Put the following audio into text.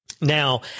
Now